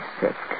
sick